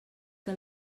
que